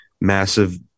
massive